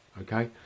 okay